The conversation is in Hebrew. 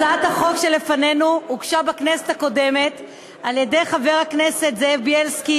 הצעת החוק שלפנינו הוגשה בכנסת הקודמת על-ידי חברי הכנסת זאב בילסקי,